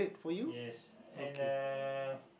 yes and the